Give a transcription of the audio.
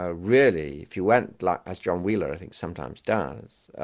ah really, if you went like as john wheeler i think sometimes does,